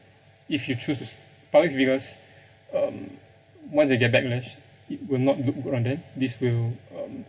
if you choose to s~ probably it's because um once you get backlash it will not look good on them this will um